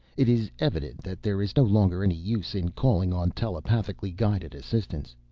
it is evident that there is no longer any use in calling on telepathically-guided assistants,